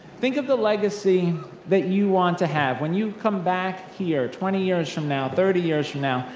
think of the legacy that you want to have when you come back here twenty years from now, thirty years from now,